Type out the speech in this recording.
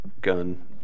gun